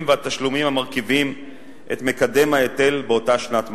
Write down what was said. והתשלומים המרכיבים את מקדם ההיטל באותה שנת מס.